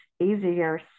easier